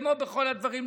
כמו בכל הדברים,